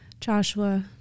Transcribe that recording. Joshua